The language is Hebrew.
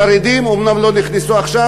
החרדים אומנם לא נכנסו עכשיו,